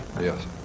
Yes